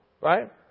right